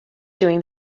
doing